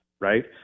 Right